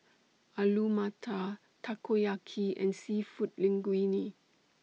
Alu Matar Takoyaki and Seafood Linguine